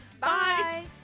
bye